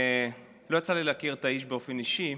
לא יצא לי להכיר את האיש באופן אישי,